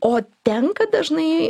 o tenka dažnai